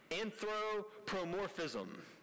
Anthropomorphism